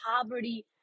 poverty